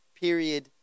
period